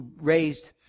raised